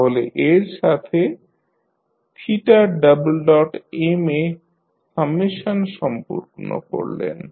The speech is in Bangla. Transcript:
তাহলে এর সাথে m এ সামেশন সম্পূর্ণ করলেন